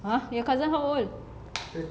!huh! your cousin how old